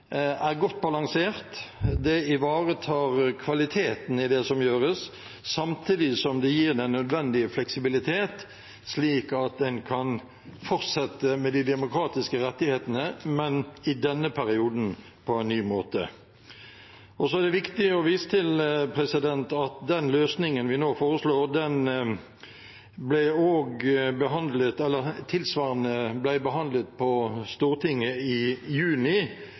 er godt balansert. Det ivaretar kvaliteten i det som gjøres, samtidig som det gir den nødvendige fleksibilitet, slik at en kan fortsette med de demokratiske rettighetene, men i denne perioden på en ny måte. Det er viktig å vise til at en løsning tilsvarende den løsningen vi nå foreslår, ble behandlet på Stortinget i juni i år. Da gjaldt det valg til Stortinget,